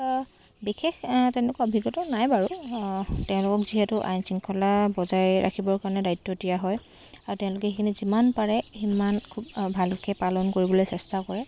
বিশেষ তেনেকুৱা অভিজ্ঞতা নাই বাৰু তেওঁলোকক যিহেতু আইন শৃংখলা বজাই ৰাখিবৰ কাৰণে দায়িত্ব দিয়া হয় আৰু তেওঁলোকে সেইখিনি যিমান পাৰে সিমান খুব ভালকৈ পালন কৰিবলৈ চেষ্টা কৰে